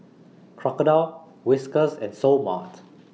Crocodile Whiskas and Seoul Mart